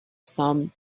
some